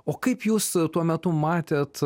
o kaip jūs tuo metu matėt